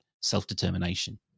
self-determination